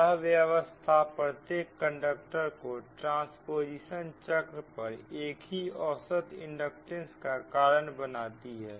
यह व्यवस्था प्रत्येक कंडक्टर को ट्रांस्पोजिशन चक्र पर एक ही औसत इंडक्टेंस का कारण बनाती है